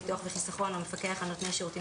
ביטוח וחיסכון או המפקח על נותני שירותים